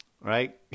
right